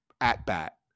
at-bat